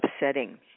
upsetting